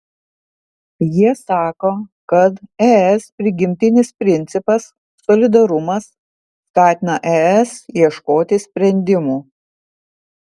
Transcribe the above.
jie sako kad es prigimtinis principas solidarumas skatina es ieškoti sprendimų